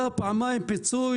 היה פעמיים פיצוי.